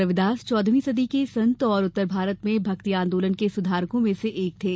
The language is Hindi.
ग्रु रविदास चौदहवीं सदी के संत और उत्तर भारत में भक्ति आंदोलन के सुधारकों में से एक थे